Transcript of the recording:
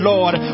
Lord